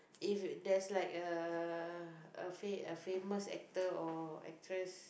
if there's like a a fa~ a famous actor or actress